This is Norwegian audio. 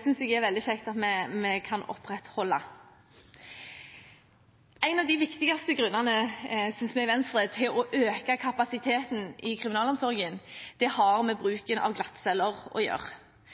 synes jeg det er veldig kjekt at vi kan opprettholde. En av de viktigste grunnene, synes vi i Venstre, til å øke kapasiteten i kriminalomsorgen har med bruken av glattceller å gjøre,